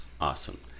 Awesome